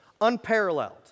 unparalleled